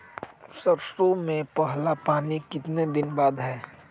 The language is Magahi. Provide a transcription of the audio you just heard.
सरसों में पहला पानी कितने दिन बाद है?